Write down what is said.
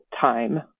time